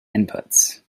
inputs